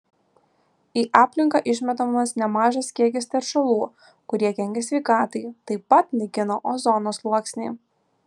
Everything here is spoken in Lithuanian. į aplinką išmetamas nemažas kiekis teršalų kurie kenkia sveikatai taip pat naikina ozono sluoksnį